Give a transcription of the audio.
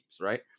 Right